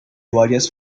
varias